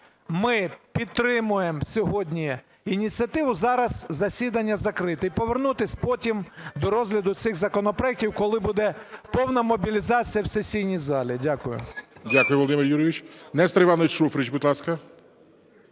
ми підтримуємо сьогодні ініціативу зараз засідання закрити і повернутись потім до розгляду цих законопроектів, коли буде повна мобілізація в сесійній залі. Дякую. ГОЛОВУЮЧИЙ. Дякую, Володимир Юрійович. Нестор Іванович Шуфрич, будь ласка.